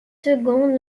seconde